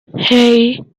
hey